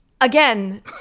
again